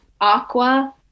aqua